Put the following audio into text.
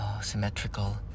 symmetrical